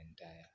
entire